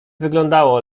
wyglądało